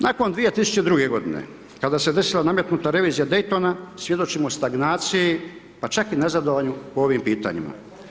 Nakon 2002. kada se desila nametnuta revizija Daytona svjedočimo stagnaciji, pa čak i nazadovanju po ovim pitanjima.